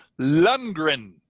Lundgren